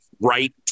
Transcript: right